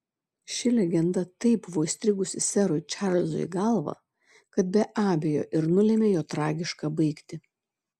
ši legenda taip buvo įstrigusi serui čarlzui į galvą kad be abejo ir nulėmė jo tragišką baigtį